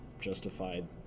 justified